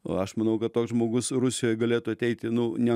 o aš manau kad toks žmogus rusijoje galėtų ateiti nu ne